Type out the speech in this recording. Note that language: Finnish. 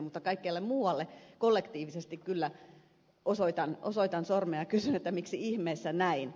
mutta kaikkialle muualle kollektiivisesti kyllä osoitan sormea ja kysyn miksi ihmeessä näin